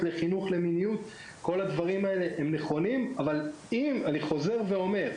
אני חוזר ואומר,